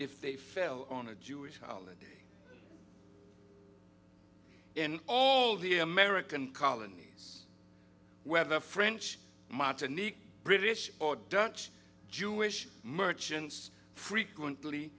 if they fell on a jewish holiday in all the american colonies whether french martinique british or dutch jewish merchants frequently